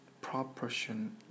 proportion